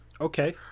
Okay